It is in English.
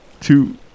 two